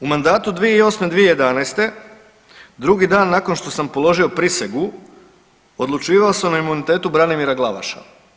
U mandatu 2008.-2011. drugi dan nakon što sam položio prisegu odlučivalo se o imunitetu Branimira Glavaša.